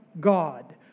God